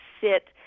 sit